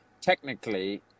technically